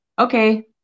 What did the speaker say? Okay